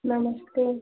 नमस्ते